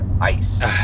ice